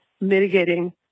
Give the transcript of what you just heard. mitigating